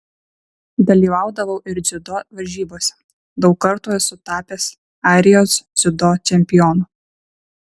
dalyvaudavau ir dziudo varžybose daug kartų esu tapęs airijos dziudo čempionu